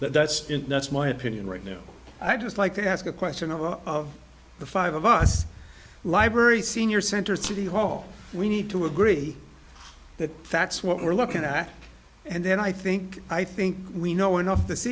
but that's that's my opinion right now i'd just like to ask a question of all of the five of us library senior center city hall we need to agree that that's what we're looking at and then i think i think we know enough this